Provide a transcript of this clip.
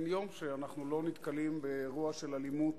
אין יום שאנחנו לא נתקלים באירוע של אלימות